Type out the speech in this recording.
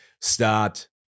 start